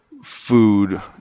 food